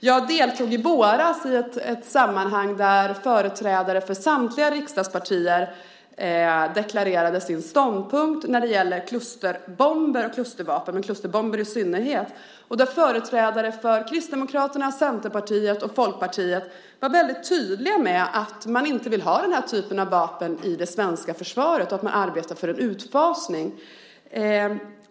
Jag deltog i våras i ett sammanhang där företrädare för samtliga riksdagspartier deklarerade sin ståndpunkt vad gällde klustervapen, i synnerhet klusterbomber. Företrädare för Kristdemokraterna, Centerpartiet och Folkpartiet var väldigt tydliga med att de inte vill ha den typen av vapen i det svenska försvaret och sade att de arbetade för en utfasning.